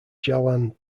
jalan